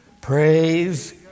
praise